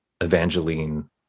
Evangeline